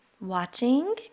watching